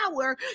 power